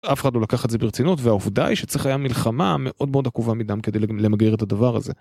אף אחד לא לקח את זה ברצינות, והעובדה היא שצריך היה מלחמה מאוד מאוד עקובה מדם כדי למגר את הדבר הזה.